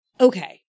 okay